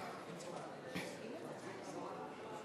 גברתי היושבת-ראש,